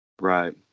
right